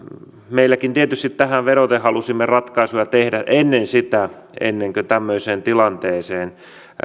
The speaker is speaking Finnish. meilläkin tietysti tähän vedoten halusimme ratkaisuja tehdä ennen sitä ennen kuin tämmöiseen tilanteeseen